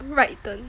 right turn